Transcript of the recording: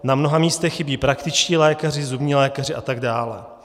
Na mnoha místech chybí praktičtí lékaři, zubní lékaři atd.